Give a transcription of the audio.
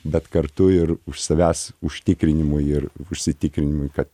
bet kartu ir už savęs užtikrinimui ir užsitikrinimui kad